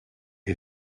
est